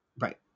Right